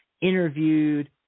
interviewed